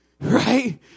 right